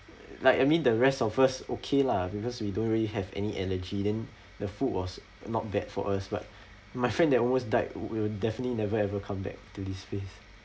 uh like I mean the rest of us okay lah because we don't really have any allergy then the food was not bad for us but my friend that almost died will definitely never ever come back to this place